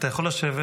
אתה יכול לשבת.